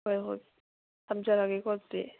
ꯍꯣꯏ ꯍꯣꯏ ꯊꯝꯖꯔꯒꯦꯀꯣ ꯑꯗꯨꯗꯤ